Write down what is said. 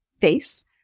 face